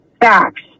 facts